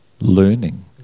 learning